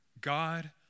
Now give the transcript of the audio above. God